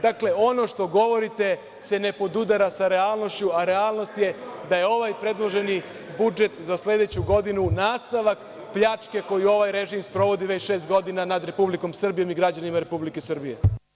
Dakle, ono što govorite se ne podudara sa realnošću, a realnost je da je ovaj predloženi budžet za sledeću godinu nastavak pljačke koju ovaj režim sprovodi već šest godina nad Republikom Srbijom i građanima Republike Srbije.